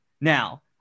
Now